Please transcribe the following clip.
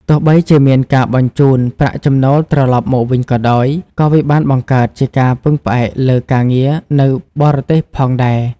ទោះបីជាមានការបញ្ជូនប្រាក់ចំណូលត្រឡប់មកវិញក៏ដោយ ក៏វាបានបង្កើតជាការពឹងផ្អែកលើការងារនៅបរទេសផងដែរ។